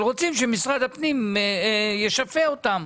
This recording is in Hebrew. רק הן רוצות שמשרד הפנים ישפה אותן,